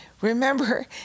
remember